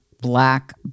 black